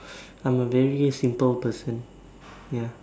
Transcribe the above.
I am a very simple person ya